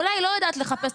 אולי אני לא יודעת לחפש,